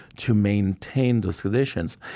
to maintain those traditions.